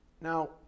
Now